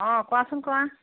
অঁ কোৱাচোন কোৱা